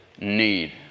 need